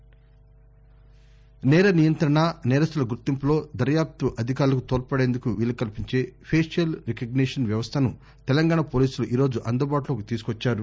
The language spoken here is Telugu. నేరాలు నేర నియంత్రణ నేరస్తుల గుర్తింపులో దర్యాప్తు అధికారులకు తోడ్పడేందుకు వీలు కల్పించే ఫేసియల్ రికగ్నేషన్ వ్యవస్థను తెలంగాణ పోలీసులు ఈరోజు అందుబాటులోకి తీసుకొచ్చారు